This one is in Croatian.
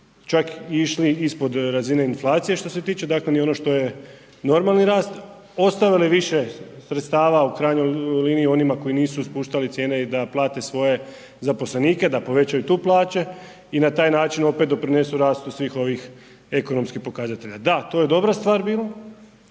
čak išli ispod razine inflacije što se tiče dakle ni ono što je normalni rast, ostavili više sredstava u krajnjoj liniji onima koji nisu spuštali cijene i da plate svoje zaposlenike, da povećaju tu plaće i na taj način opet doprinesu rastu svih ovih ekonomskih pokazatelja. Da, to je dobra stvar bila,